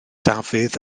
dafydd